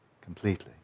completely